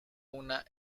una